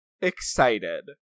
excited